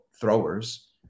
throwers